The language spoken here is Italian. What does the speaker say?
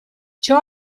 ciò